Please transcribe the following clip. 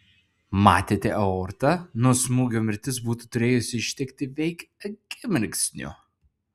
matėte aortą nuo smūgio mirtis būtų turėjusi ištikti veik akimirksniu